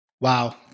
Wow